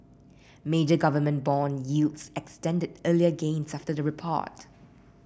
major government bond yields extended earlier gains after the report